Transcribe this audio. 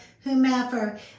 whomever